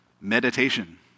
meditation